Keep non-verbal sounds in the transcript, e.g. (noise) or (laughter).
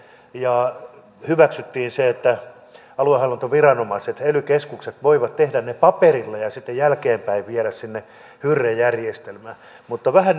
ja hyväksyttiin se että aluehallintoviranomaiset ely keskukset voivat tehdä ne paperilla ja sitten jälkeenpäin viedä sinne hyrrä järjestelmään mutta vähän (unintelligible)